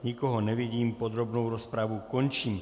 Nikoho nevidím, podrobnou rozpravu končím.